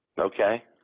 Okay